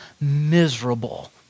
miserable